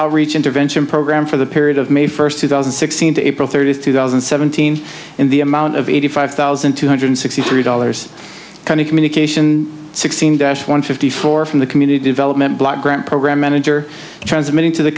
outreach intervention program for the period of may first two thousand and sixteen to april thirtieth two thousand and seventeen and the amount of eighty five thousand two hundred sixty three dollars kind of communication sixteen dash one fifty four from the community development block grant program manager transmitting to the